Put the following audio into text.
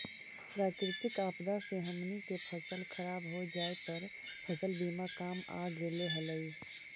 प्राकृतिक आपदा से हमनी के फसल खराब हो जाए पर फसल बीमा काम आ गेले हलई